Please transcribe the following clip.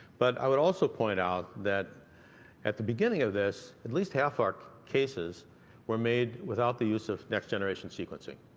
but i would also point out that at the beginning of this, at least half our cases were made without the use of next generation sequencing.